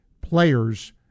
players